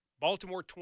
Baltimore